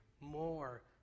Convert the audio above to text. More